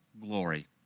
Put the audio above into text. glory